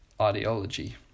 ideology